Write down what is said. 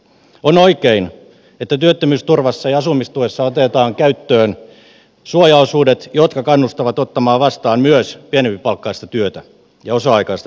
on oikein että työttömyysturvassa ja asumistuessa otetaan käyttöön suojaosuudet jotka kannustavat ottamaan vastaan myös pienempipalkkaista työtä ja osa aikaista työtä